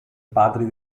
padri